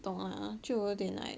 懂了 like 我就一点 like